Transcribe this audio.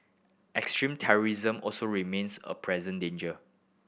extremist terrorism also remains a present danger